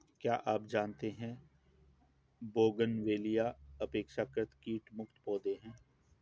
क्या आप जानते है बोगनवेलिया अपेक्षाकृत कीट मुक्त पौधे हैं?